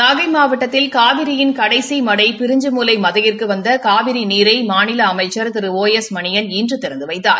நாகை மாவட்டத்தில் காவிரியின் கடைசி மடை பிரிஞ்சமூலை மதகிற்கு வந்த காவிரி நீரை மாநில அமைச்சா திரு ஒ எஸ் மணியன் இன்று திறந்து வைத்தார்